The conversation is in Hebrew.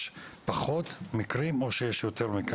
האם יש פחות מקרים או יותר מקרים?